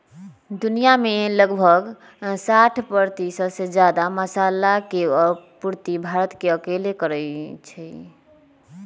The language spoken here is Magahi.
दुनिया में लगभग साठ परतिशत से जादा मसाला के आपूर्ति भारत अकेले करई छई